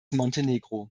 montenegro